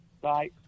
Bye